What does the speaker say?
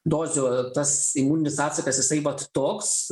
dozių tas imuninis atsakas jisai vat toks